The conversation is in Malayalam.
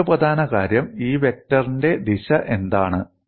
മറ്റൊരു പ്രധാന കാര്യം ഈ വെക്റ്ററിന്റെ ദിശ എന്താണ്